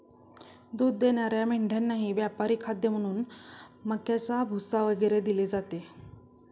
दूध देणाऱ्या मेंढ्यांनाही व्यापारी खाद्य म्हणून मक्याचा भुसा वगैरे दिले जाते